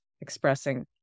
expressing